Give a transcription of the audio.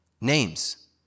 Names